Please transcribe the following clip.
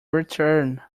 return